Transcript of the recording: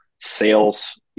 sales